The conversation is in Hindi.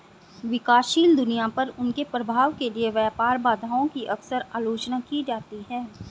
विकासशील दुनिया पर उनके प्रभाव के लिए व्यापार बाधाओं की अक्सर आलोचना की जाती है